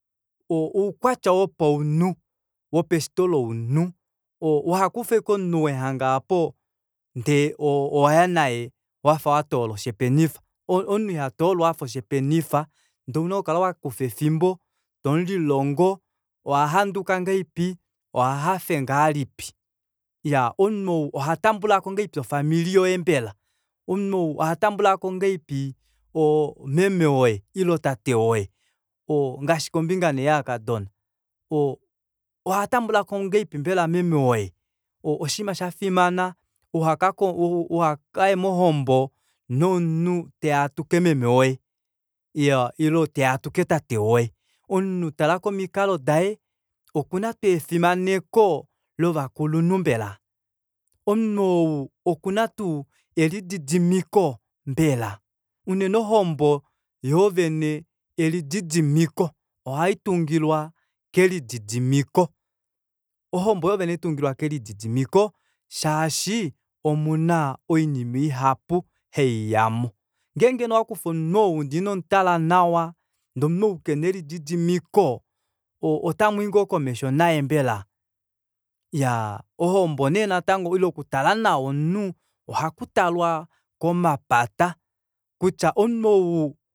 Oukwatya wopaunhu wopeshito lomunhu uhakufe ashike omunhu wemuhaga aapo ndee owaya naye wafa watoola oshepenifa omunhu ihatoolwa afa oshepenifa ndee ouna okukala wakufa efimbo tomulilongo ohahanduka ngahelipi ohahafe ngahelipi iyaa omunhu ohatambulako ngahelipi ofamili yoye mbela omunhu ohatambulako ngahelipi meme woye ile tate woye ngaashi kombinga nee yovakadona oo ohatambulako ngahelipi meme woye oshinima shafimana uhakaye mohombo nomunhu teya atuke meme woye ile teya atuke tate woye omunhu tala komikalo daye okuna tuu efimaneko lovakulunhu mbele omunhu ou okuna tuu elididimiko mbela unene ohombo yoovene elididimiko ohaitungilwa kelididimiko ohombo yoovene ohaitungilwa kelididimiko shaashi omuna oinima ihapu haiyamo ngenge nee owakufa omunhu ou ndee inomutala nawa ndee omunhu ou kena elididimiko otamwii ngoo komesho naye mbela ohombo nee natango ile okutala nawa omunhu ohakutalwa komapata kutya omunhu ou